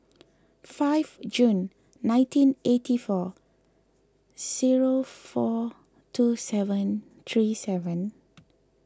five June nineteen eighty four zero four two seven three seven